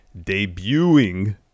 debuting